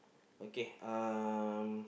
okay uh